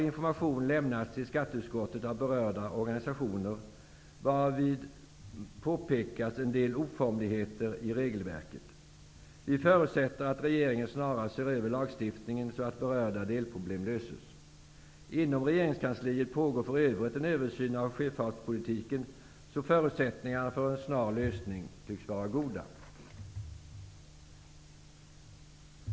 Information har lämnats till skatteutskottet av berörda organisationer, varvid påpekats en del oformligheter i regelverket. Vi förutsätter att regeringen snarast ser över lagstiftningen, så att berörda delproblem löses. Inom regeringskansliet pågår för övrigt en översyn av sjöfartspolitiken, så förutsättningarna för en snar lösning tycks vara goda.